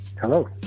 Hello